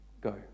go